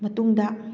ꯃꯇꯨꯡꯗ